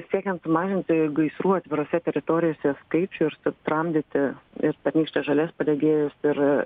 siekiant sumažinti gaisrų atvirose teritorijose skaičių ir sutramdyti ir pernykštės žolės padegėjus ir